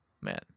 Man